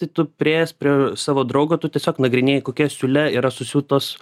tai tu priėjęs prie savo draugo tu tiesiog nagrinėji kokia siūle yra susiūtos